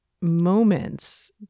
moments